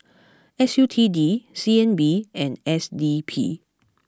S U T D C N B and S D P